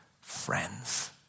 friends